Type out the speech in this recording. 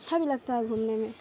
اچھا بھی لگتا ہے گھومنے میں